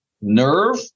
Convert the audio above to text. nerve